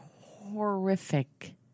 horrific